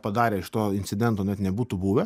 padarė iš to incidento net nebūtų buvę